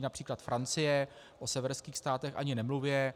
Například Francie, o severských státech ani nemluvě.